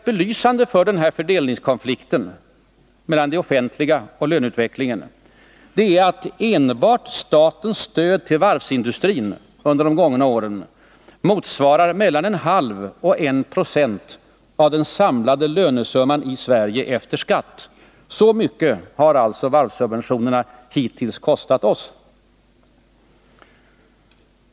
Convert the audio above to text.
Belysande för fördelningskonflikten mellan den offentliga sektorn och löneutvecklingen är att enbart statens stöd till varvsindustrin under de gångna åren motsvarar mellan 0,5 och 1 26 av den samlade lönesumman efter skatt. Så mycket har alltså varvssubventionerna hittills kostat oss.